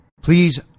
Please